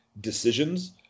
decisions